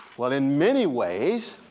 well in many ways,